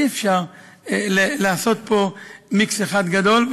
אי-אפשר לעשות פה מיקס אחד גדול.